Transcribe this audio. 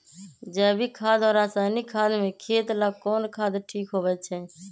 जैविक खाद और रासायनिक खाद में खेत ला कौन खाद ठीक होवैछे?